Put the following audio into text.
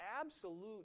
absolute